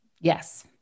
Yes